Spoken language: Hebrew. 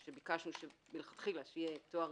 שביקשנו מלכתחילה שיהיה אדם עם תואר